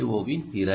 ஓவின் திறன்